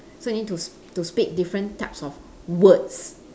so you need to to speak different types of words